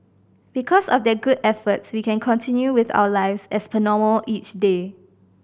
because of their good efforts we can continue with our lives as per normal each day